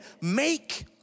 make